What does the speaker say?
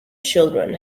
children